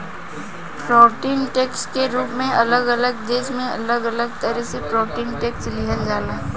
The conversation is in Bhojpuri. प्रॉपर्टी टैक्स के रूप में अलग अलग देश में अलग अलग तरह से प्रॉपर्टी टैक्स लिहल जाला